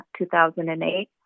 2008